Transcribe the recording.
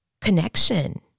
connection